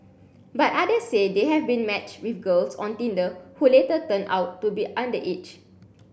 but others say they have been matched with girls on Tinder who later turned out to be underage